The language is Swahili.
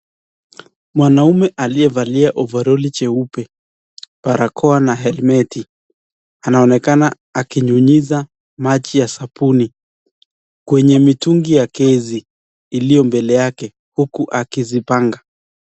Mwanaume alievalia ovaroli cheupe, barakoa na helmeti ana onekana aki nyunyuza maji ya sabuni kwenye mitungi ya gesi ilio mbele yake huku akizipanga.